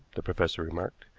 the professor remarked.